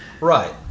Right